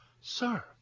Sir